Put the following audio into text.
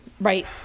right